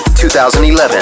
2011